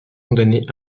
condamnés